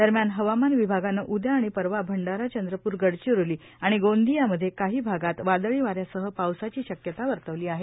दरम्यान हवामान विभागानं उद्या आणि परवा भंडारा चंद्रप्र गडचिरोली आणि गोंदियामध्ये काही भागात वादळी वाऱ्यांसह पावसाची शक्यता वर्तवली आहे